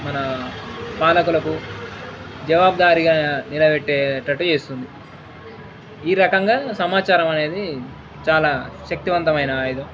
మన పాలకులకు జవాబబ్దారిగా నిలవెట్టేటట్టు చేస్తుంది ఈ రకంగా సమాచారం అనేది చాలా శక్తివంతమైన ఆయుధం